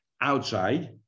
outside